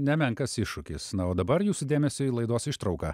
nemenkas iššūkis na o dabar jūsų dėmesiui laidos ištrauka